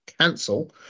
cancel